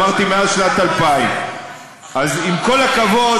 אמרתי מאז שנת 2000. אז עם כל הכבוד,